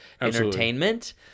entertainment